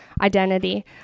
identity